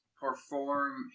perform